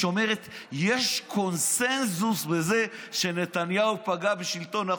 אומרת שיש קונסנזוס בזה שנתניהו פגע בשלטון החוק.